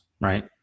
Right